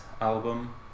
album